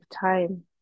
time